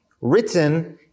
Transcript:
written